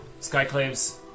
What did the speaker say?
Skyclave's